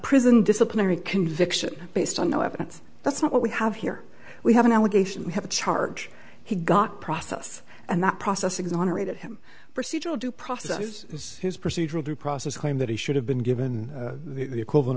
prison disciplinary conviction based on no evidence that's not what we have here we have an allegation we have a charge he got process and that process exonerated him procedural due process is his procedural due process claim that he should have been given the equivalent